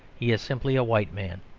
he is simply a white man,